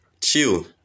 Chill